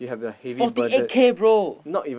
forty eight K bro